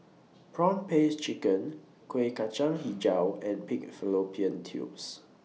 Prawn Paste Chicken Kueh Kacang Hijau and Pig Fallopian Tubes